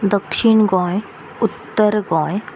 दक्षीण गोंय उत्तर गोंय